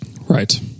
Right